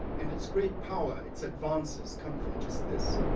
and its great power, its advances, come from just this.